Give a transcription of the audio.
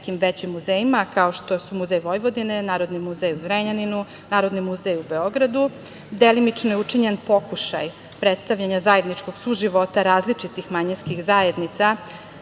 nekim većim muzejima, kao što su Muzej Vojvodine, Narodni muzej u Zrenjaninu, Narodni muzej u Beogradu. Delimično je učinjen pokušaj predstavljanja zajedničkog suživota različitih manjinskih zajednica